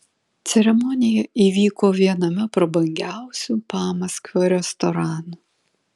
ceremonija įvyko viename prabangiausių pamaskvio restoranų